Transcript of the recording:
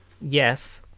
yes